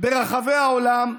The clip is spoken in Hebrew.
ברחבי העולם,